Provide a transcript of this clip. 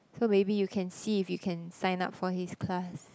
so maybe you can see if you can sign up for his class